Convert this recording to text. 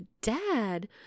dad